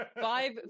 five